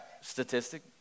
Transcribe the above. statistic